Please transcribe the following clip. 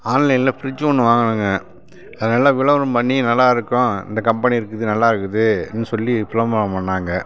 ஆன்லைனில் ஃப்ரிட்ஜு ஒன்று வாங்குனேங்க அது நல்லா விளம்பரம் பண்ணி நல்லா இருக்கும் இந்த கம்பெனி இருக்குது நல்லா இருக்குது அப்படின்னு சொல்லி விளம்பரம் பண்ணாங்க